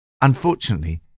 Unfortunately